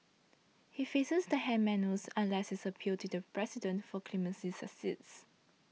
he faces the hangman's noose unless his appeal to the President for clemency succeeds